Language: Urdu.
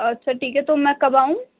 اچھا ٹھیک ہے تو میں کب آؤں